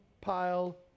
pile